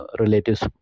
relatives